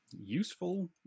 useful